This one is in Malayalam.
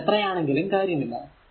കറന്റ് എത്രയാണെങ്കിലും കാര്യമില്ല